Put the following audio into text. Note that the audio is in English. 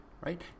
right